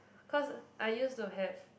cause I used to have